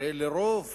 הרי לרוב